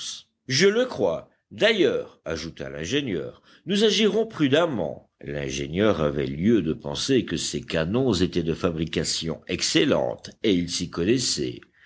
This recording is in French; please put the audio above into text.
je le crois d'ailleurs ajouta l'ingénieur nous agirons prudemment l'ingénieur avait lieu de penser que ces canons étaient de fabrication excellente et il s'y connaissait